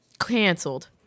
canceled